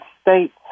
states